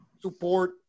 support